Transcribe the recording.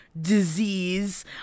disease